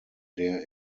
der